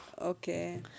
Okay